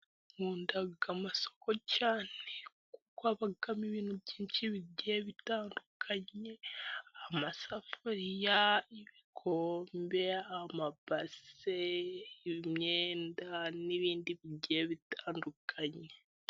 Nkunda amasoko cyane, kuko abamo ibintu byinshi bigiye bitandukanye amasafuriya, ibikombe, amabase, imyenda n'ibindi bigiye bitandukanye.